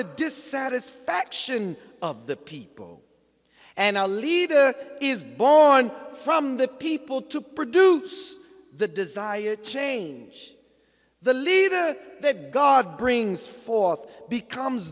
the dissatisfaction of the people and a leader is born from the people to produce the desired change the leader that god brings forth becomes